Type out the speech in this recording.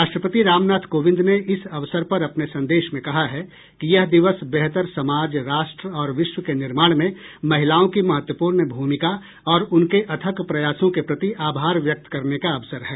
राष्ट्रपति रामनाथ कोविंद ने इस अवसर पर अपने संदेश में कहा है कि यह दिवस बेहतर समाज राष्ट्र और विश्व के निर्माण में महिलाओं की महत्वपूर्ण भूमिका और उनके अथक प्रयासों के प्रति आभार व्यक्त करने का अवसर है